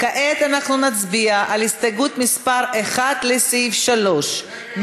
כעת אנחנו נצביע על הסתייגות מס' 1 לסעיף 3,